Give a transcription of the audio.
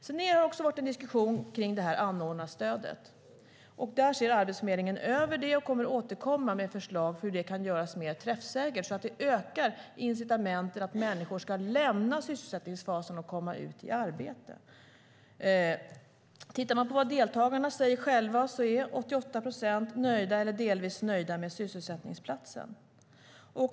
Det har varit en diskussion om anordnarstödet. Arbetsförmedlingen ser över det och kommer att återkomma med förslag om hur det kan göras mer träffsäkert, så att det ökar incitamenten för människor att lämna sysselsättningsfasen och komma ut i arbete. Om man ser till vad deltagarna själva säger kan man konstatera att 88 procent är nöjda eller delvis nöjda med sysselsättningsplatsen.